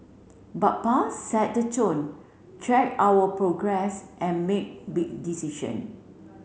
but Pa set the tone tracked our progress and made big decision